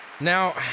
Now